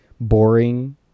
boring